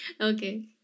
okay